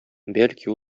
бәлки